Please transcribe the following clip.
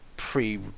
pre